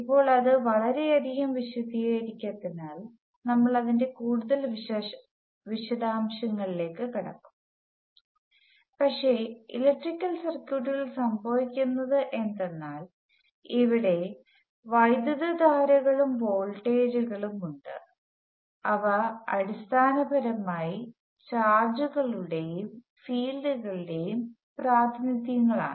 ഇപ്പോൾ ഇത് വളരെയധികം വിശദീകരിക്കാത്തതിനാൽ നമ്മൾ അതിന്റെ കൂടുതൽ വിശദാംശങ്ങളിലേക്ക് കടക്കും പക്ഷേ ഇലക്ട്രിക്കൽ സർക്യൂട്ടുകളിൽ സംഭവിക്കുന്നത് എന്തെന്നാൽ ഇവിടെ വൈദ്യുതധാരകളും വോൾട്ടേജുകളും ഉണ്ട് അവ അടിസ്ഥാനപരമായി ചാർജുകളുടെയും ഫീൽഡുകളുടെയും പ്രാതിനിധ്യങ്ങളാണ്